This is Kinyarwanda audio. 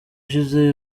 ushize